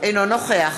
אינו נוכח